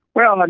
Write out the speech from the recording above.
well, and